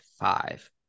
five